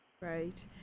Right